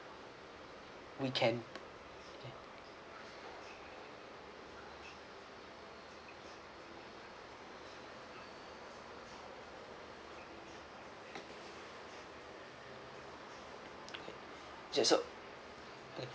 we can ya so